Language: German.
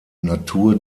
natur